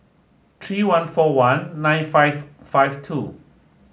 three one four one nine five five two